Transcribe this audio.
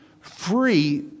free